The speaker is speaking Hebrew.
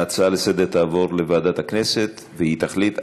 ההצעה תעבור לוועדת הכנסת, והיא תחליט.